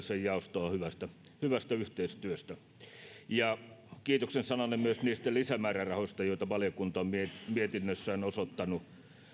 jaostoa hyvästä hyvästä yhteistyöstä ja kiitoksen sananen myös niistä lisämäärärahoista joita valiokunta on mietinnössään osoittanut